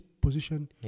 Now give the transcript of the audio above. position